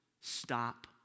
stop